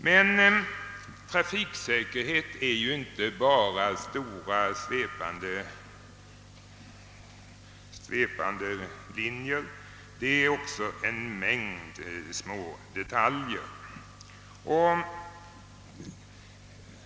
Men trafiksäkerhet är ju inte bara stora svepande linjer. Det är också en mängd smådetaljer.